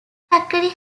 factory